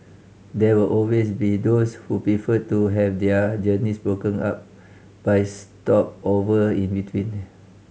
there will always be those who prefer to have their journeys broken up by stopover in between